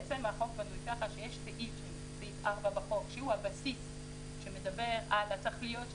החוק בנוי כך שסעיף 4 בו הוא הבסיס שמדבר על התכליות,